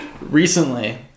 recently